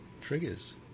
triggers